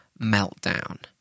meltdown